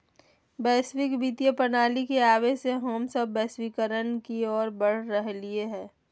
वैश्विक वित्तीय प्रणाली के आवे से हम सब वैश्वीकरण के ओर बढ़ रहलियै हें